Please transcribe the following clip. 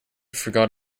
forgot